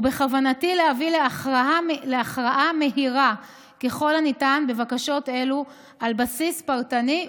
ובכוונתי להביא להכרעה מהירה ככל הניתן בבקשות אלו על בסיס פרטני,